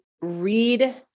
read